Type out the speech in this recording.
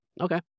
okay